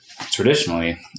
traditionally